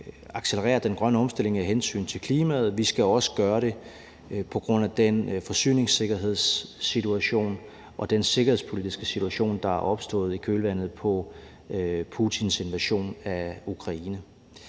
accelerere den grønne omstilling af hensyn til klimaet, vi skal også gøre det på grund af den forsyningssikkerhedsmæssige situation og den sikkerhedspolitiske situation, der er opstået i kølvandet på Putins invasion af Ukraine.